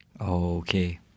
Okay